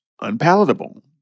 unpalatable